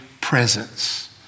presence